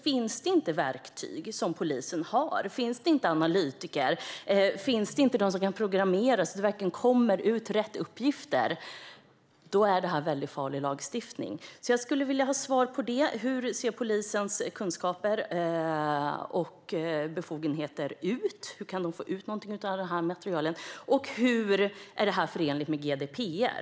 Finns det inte verktyg inom polisen, finns det inte analytiker och finns det inte de som kan programmera så att det verkligen kommer ut rätt uppgifter, då är det här väldigt farlig lagstiftning. Jag skulle vilja ha svar på hur polisens kunskaper och befogenheter ser ut. Hur kan de få ut någonting av det här materialet? Och hur är det här förenligt med GDPR?